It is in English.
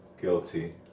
Guilty